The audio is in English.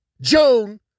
Joan